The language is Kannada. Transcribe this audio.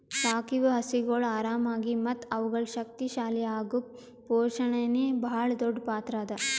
ಸಾಕಿವು ಹಸುಗೊಳ್ ಆರಾಮಾಗಿ ಮತ್ತ ಅವುಗಳು ಶಕ್ತಿ ಶಾಲಿ ಅಗುಕ್ ಪೋಷಣೆನೇ ಭಾಳ್ ದೊಡ್ಡ್ ಪಾತ್ರ ಅದಾ